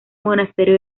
monasterio